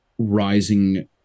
rising